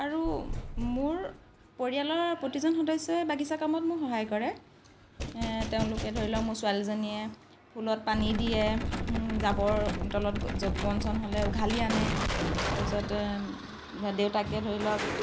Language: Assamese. আৰু মোৰ পৰিয়ালৰ প্ৰতিজন সদস্যই বাগিছা কামত মোক সহায় কৰে তেওঁলোকে ধৰি লওঁক মোৰ ছোৱালীজনীয়ে ফুলত পানী দিয়ে জাবৰ তলত বন চন হ'লে উঘালি আনে তাৰপিছত দেউতাকে ধৰি লওঁক